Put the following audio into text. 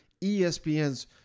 ESPN's